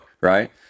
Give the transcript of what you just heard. Right